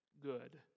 good